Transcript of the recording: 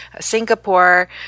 Singapore